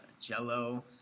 Jello